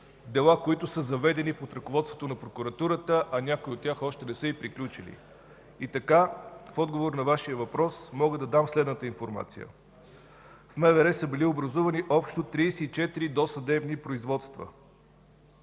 дела, заведени под ръководството на прокуратурата, а някои от тях още не са и приключили. И така, в отговор на Вашия въпрос мога да дам следната информация. В МВР са били образувани общо 34 досъдебни производства.